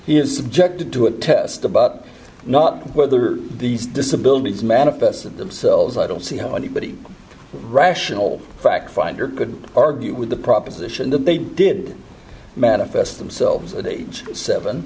he is subjected to a test about not whether these disabilities manifested themselves i don't see how anybody rational factfinder good argue with the proposition that they did manifest themselves at age seven